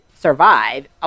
survive